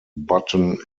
button